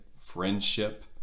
friendship